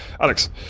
Alex